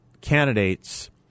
candidates